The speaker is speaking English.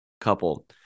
couple